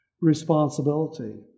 responsibility